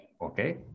Okay